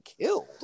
killed